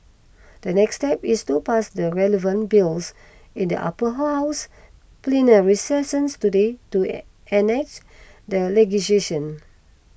the next step is to pass the relevant bills in the Upper House plenary session today to enact the legislation